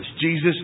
Jesus